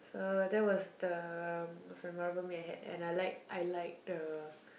so that was the most memorable meal I had and and I like the